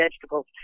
vegetables